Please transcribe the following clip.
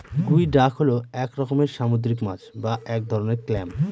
গুই ডাক হল এক রকমের সামুদ্রিক মাছ বা এক ধরনের ক্ল্যাম